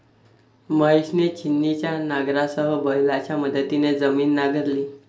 महेशने छिन्नीच्या नांगरासह बैलांच्या मदतीने जमीन नांगरली